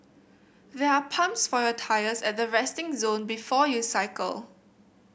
there are pumps for your tyres at the resting zone before you cycle